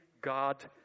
God